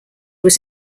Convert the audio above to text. was